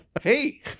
hey